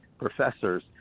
professors